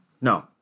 no